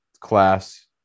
class